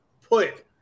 put